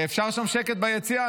אפשר שם שקט ביציע?